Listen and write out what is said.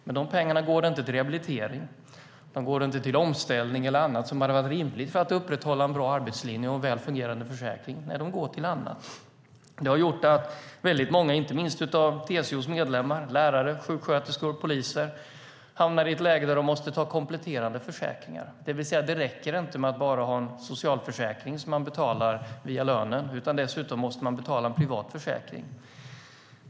Men de pengarna går inte till rehabilitering, inte till omställning eller till annat som hade varit rimligt för att upprätthålla en bra arbetslinje och en väl fungerande försäkring. Nej, de pengarna går till annat. Det har gjort att väldigt många, inte minst bland TCO:s medlemmar - lärare, sjuksköterskor och poliser - hamnar i ett läge där de måste ta kompletterande försäkringar. Det räcker alltså inte att bara ha en socialförsäkring som man betalar via lönen. Dessutom måste man betala en privat försäkring.